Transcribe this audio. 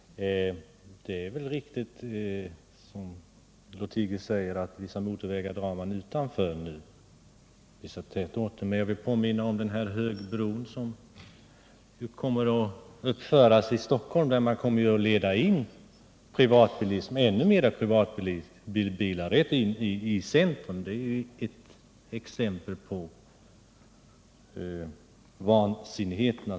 Herr talman! Bara några ord. Det är riktigt, som herr Lothigius säger, att vissa motorvägar numera dras utanför tätorterna. Men jag vill påminna om den högbro som kommer att uppföras i Stockholm. Med den åtgärden kommer ännu mer privatbilism att ledas in i centrum. Högbron är ett exempel på vansinnigheterna.